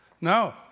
No